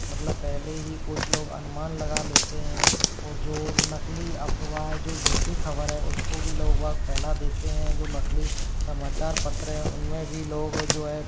मतलब पहले ही कुछ लोग अनुमान लगा लेते हैं और जो नकली अफ़वाह है जो झूठी ख़बर है उसको भी लोग वाग पहला देते हैं जो नकली समाचार पत्र है उन में भी लोग जो है